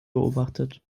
beobachtet